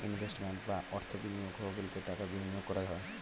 investment বা অর্থ বিনিয়োগ তহবিলে টাকা বিনিয়োগ করা হয়